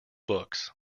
books